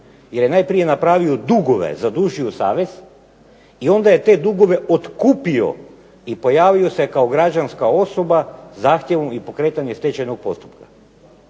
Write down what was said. jer je najprije napravio dugove, zadužio savez i onda je te dugove otkupio i pojavio se kao građanska osoba zahtjevom i pokretanje stečajnog postupka.